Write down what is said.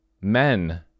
Men